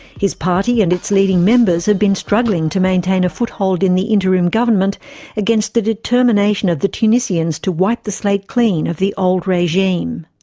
his party and its leading members have been struggling to maintain a foothold in the interim government against the determination of the tunisians to wipe the slate clean of the old regime.